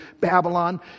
Babylon